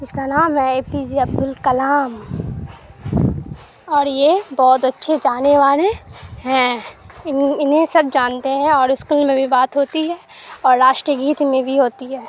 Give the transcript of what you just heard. جس کا نام ہے A P J Abdul Kalam اور یہ بہت اچھے جانے والے ہیں ان انہیں سب جانتے ہیں اور اسکول میں بھی بات ہوتی ہے اور راشٹریہ گیت میں بھی ہوتی ہے